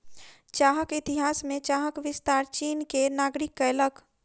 चाहक इतिहास में चाहक विस्तार चीन के नागरिक कयलक